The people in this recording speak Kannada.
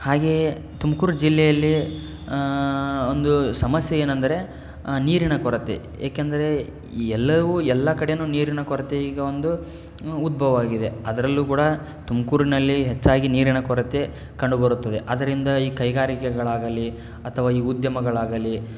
ಹಾಗೆಯೇ ತುಮಕೂರು ಜಿಲ್ಲೆಯಲ್ಲಿ ಒಂದು ಸಮಸ್ಯೆ ಏನಂದರೆ ನೀರಿನ ಕೊರತೆ ಏಕೆಂದರೆ ಎಲ್ಲವೂ ಎಲ್ಲ ಕಡೆ ನೀರಿನ ಕೊರತೆ ಈಗ ಒಂದು ಉದ್ಭವವಾಗಿದೆ ಅದರಲ್ಲೂ ಕೂಡ ತುಮಕೂರಿನಲ್ಲಿ ಹೆಚ್ಚಾಗಿ ನೀರಿನ ಕೊರತೆ ಕಂಡುಬರುತ್ತದೆ ಅದರಿಂದ ಈ ಕೈಗಾರಿಕೆಗಳಾಗಲಿ ಅಥವಾ ಈ ಉದ್ಯಮಗಳಾಗಲಿ